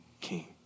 king